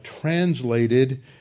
translated